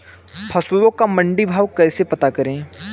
फसलों का मंडी भाव कैसे पता करें?